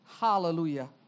Hallelujah